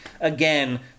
again